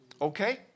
okay